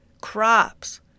Crops